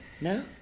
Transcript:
No